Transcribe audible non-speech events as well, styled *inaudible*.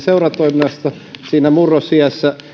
*unintelligible* seuratoiminnasta murrosiässä